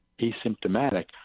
asymptomatic